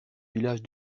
village